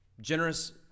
generous